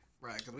Right